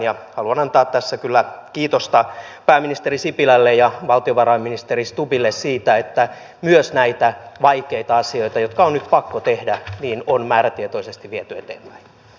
haluan antaa tässä kyllä kiitosta pääministeri sipilälle ja valtiovarainministeri stubbille siitä että myös näitä vaikeita asioita jotka on nyt pakko tehdä on määrätietoisesti viety eteenpäin